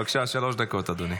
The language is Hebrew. בבקשה, שלוש דקות, אדוני.